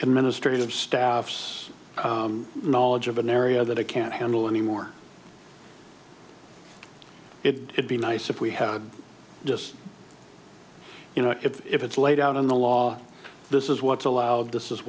administrative staffs knowledge of an area that i can't handle anymore it would be nice if we had just you know if it's laid out in the law this is what's allowed this is